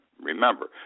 Remember